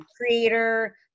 creator